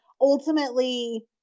ultimately